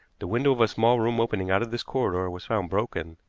the window of a small room opening out of this corridor was found broken,